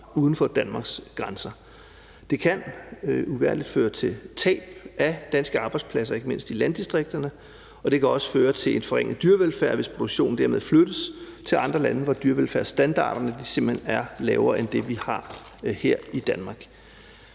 uden for Danmarks grænser. Det kan jo uvægerligt føre til tab af danske arbejdspladser ikke mindst i landdistrikterne, og det kan også føre til en forringet dyrevelfærd, hvis produktionen dermed flyttes til andre lande, hvor dyrevelfærdsstandarderne simpelt hen er lavere end det, vi har her i Danmark.